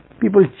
People